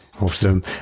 Awesome